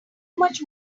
much